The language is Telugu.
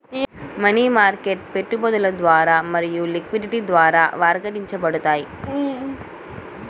మనీ మార్కెట్ పెట్టుబడులు భద్రత మరియు లిక్విడిటీ ద్వారా వర్గీకరించబడతాయి